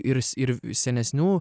ir ir senesnių